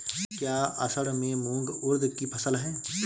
क्या असड़ में मूंग उर्द कि फसल है?